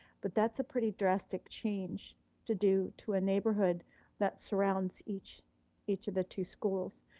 but that's a pretty drastic change to do to a neighborhood that surrounds each each of the two schools.